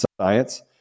science